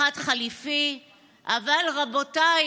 אחד חליפי / אבל רבותיי,